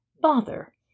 Bother